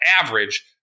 average